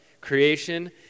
creation